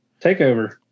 Takeover